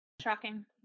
Shocking